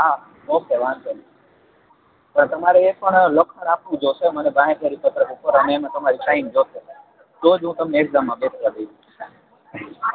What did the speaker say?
હા ઓકે વાંધો નઈ પણ તમારે એ પણ લખાણ આપવું જોશે માંરે બાંહેધરી પત્રક ઉપર અને એમાં તમારી સાઈન જોશે તો જ હું તમને એક્ઝામમાં બેસવા દઈશ